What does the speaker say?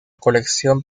colección